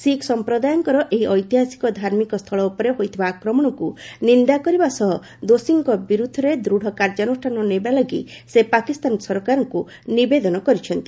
ଶିଖ୍ ସଂପ୍ରଦାୟଙ୍କର ଏହି ଐତିହାସିକ ଧାର୍ମିକ ସ୍ଥଳ ଉପରେ ହୋଇଥିବା ଆକ୍ରମଣକୁ ନିନ୍ଦା କରିବା ସହ ଦୋଷୀଙ୍କ ବିରୋଧରେ ଦୃଢ଼ କାର୍ଯ୍ୟାନୁଷ୍ଠାନ ନେବା ଲାଗି ସେ ପାକିସ୍ତାନ ସରକାରଙ୍କୁ ନିବେଦନ କରିଛନ୍ତି